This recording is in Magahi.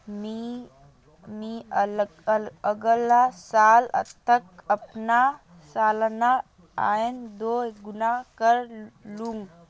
मी अगला साल तक अपना सालाना आय दो गुना करे लूम